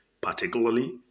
particularly